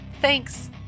Thanks